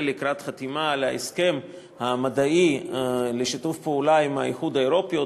לקראת החתימה על ההסכם המדעי לשיתוף פעולה עם האיחוד האירופי,